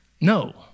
No